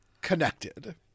connected